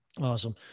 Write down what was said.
Awesome